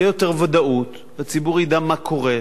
תהיה יותר ודאות והציבור ידע מה קורה.